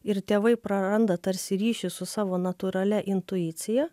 ir tėvai praranda tarsi ryšį su savo natūralia intuicija